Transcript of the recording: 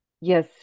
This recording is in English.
yes